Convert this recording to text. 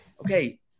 okay